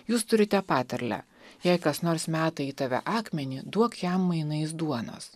jūs turite patarlę jei kas nors meta į tave akmenį duok jam mainais duonos